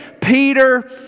Peter